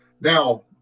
Now